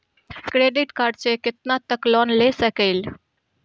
Credit card से कितना तक लोन ले सकईल?